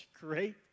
great